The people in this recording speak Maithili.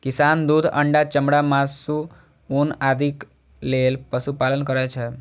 किसान दूध, अंडा, चमड़ा, मासु, ऊन आदिक लेल पशुपालन करै छै